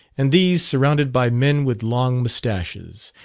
and these surrounded by men with long moustaches,